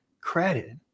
credit